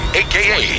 aka